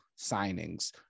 signings